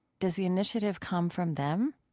does the initiative come from them?